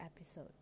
episode